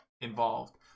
involved